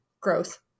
growth